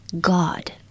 God